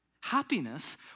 Happiness